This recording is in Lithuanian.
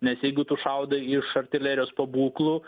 nes jeigu tu šaudai iš artilerijos pabūklų